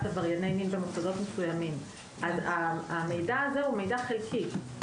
עברייני מין במוסדות מסוימים; המידע הזה הוא מידע חלקי,